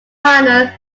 minor